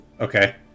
okay